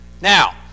Now